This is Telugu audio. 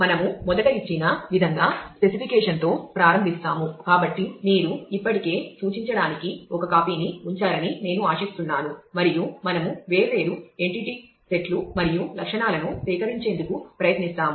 మనము మొదట ఇచ్చిన విధంగా స్పెసిఫికేషన్ లు మరియు లక్షణాలను సేకరించేందుకు ప్రయత్నిస్తాము